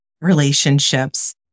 relationships